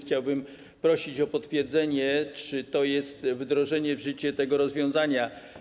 Chciałbym prosić o potwierdzenie, że to jest wdrożenie w życie tego rozwiązania.